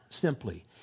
simply